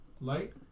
Light